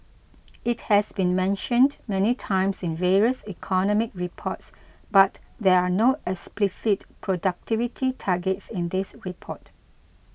it has been mentioned many times in various economic reports but there are no explicit productivity targets in this report